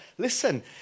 Listen